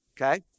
okay